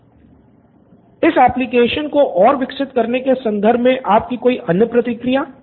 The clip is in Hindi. स्टूडेंट 1 इस एप्लिकेशन को और विकसित करने के संदर्भ में आपकी कोई अन्य प्रतिक्रिया